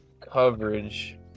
COVERAGE